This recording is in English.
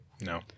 no